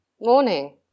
Morning